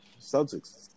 Celtics